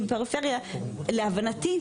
להבנתי,